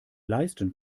leisten